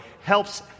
helps